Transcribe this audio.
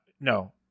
no